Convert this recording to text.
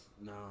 no